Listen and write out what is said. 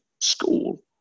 school